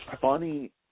funny